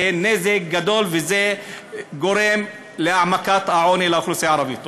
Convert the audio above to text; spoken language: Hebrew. זה נזק גדול וזה גורם להעמקת העוני באוכלוסייה הערבית.